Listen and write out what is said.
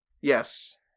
Yes